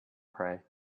pray